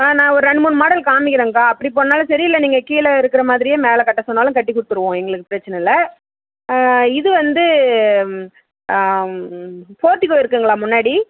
ஆ நான் ஒரு ரெண்டு மூணு மாடல் காம்மிக்கிறங்க்கா அப்படி பண்ணாலும் சரி இல்லை நீங்கள் கீழே இருக்கிற மாதிரியே மேலே கட்ட சொன்னாலும் கட்டி கொடுத்துருவோம் எங்களுக்கு பிரச்சனை இல்லை இது வந்து போர்ட்டிகோ இருக்குதுங்களா முன்னாடி